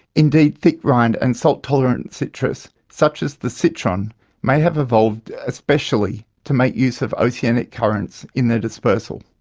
indeed thick-rind and salt-tolerant citrus such as the citron may have evolved especially to make use of oceanic currents in their dispersal.